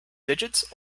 digits